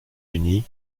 unis